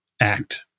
act